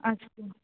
अस्तु